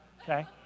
okay